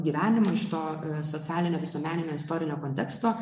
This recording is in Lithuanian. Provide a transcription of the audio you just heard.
gyvenimo iš to socialinio visuomeninio istorinio konteksto